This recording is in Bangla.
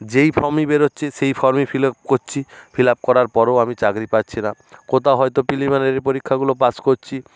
যেই ফর্মই বেরোচ্ছে সেই ফর্মই ফিল আপ করছি ফিল আপ করার পরেও আমি চাকরি পাচ্ছি না কোথাও হয়তো প্রিলিমিনারি পরীক্ষাগুলো পাস করছি